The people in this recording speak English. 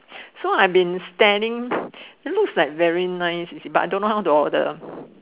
so I've being staring looks like very nice but don't know how to order